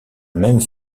même